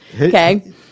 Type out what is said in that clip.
Okay